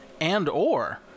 and/or